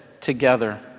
together